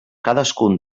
cadascun